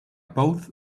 both